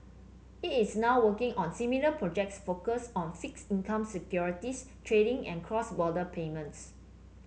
it is now working on similar projects focused on fixed income securities trading and cross border payments